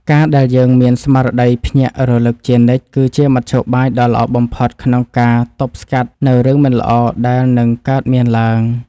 ការដែលយើងមានស្មារតីភ្ញាក់រលឹកជានិច្ច គឺជាមធ្យោបាយដ៏ល្អបំផុតក្នុងការទប់ស្កាត់នូវរឿងមិនល្អដែលនឹងកើតមានឡើង។